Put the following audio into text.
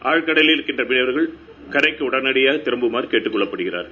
அழற்கு வில் இருக்கின்ற மீனவர்கள் கலாக்கு உடனடியாக திரும்புமாறு கேட்டுக் கொள்ளப்படுகிறார்கள்